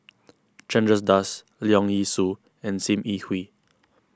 Chandra Das Leong Yee Soo and Sim Yi Hui